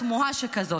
תמוהה שכזאת,